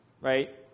right